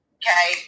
okay